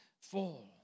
fall